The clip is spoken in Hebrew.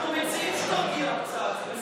אנחנו מציעים שתרגיע קצת.